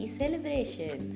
celebration